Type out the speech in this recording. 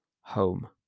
home